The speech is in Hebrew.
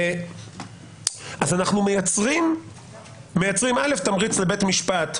אנחנו מייצרים תמריץ לבית משפט,